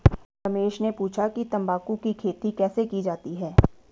रमेश ने पूछा कि तंबाकू की खेती कैसे की जाती है?